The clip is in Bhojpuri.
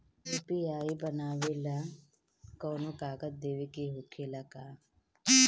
यू.पी.आई बनावेला कौनो कागजात देवे के होखेला का?